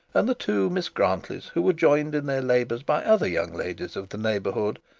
and the two miss grantlys, who were joined in their labours by other young ladies of the neighbourhood,